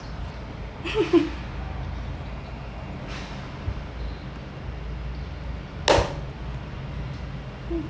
hmm